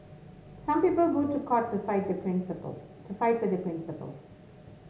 some people go to court to fight for their principles